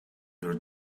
your